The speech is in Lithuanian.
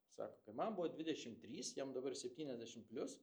sako kai man buvo dvidešim trys jam dabar septyniasdešim plius